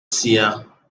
seer